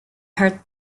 hurt